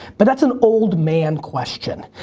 but, that's an old man question.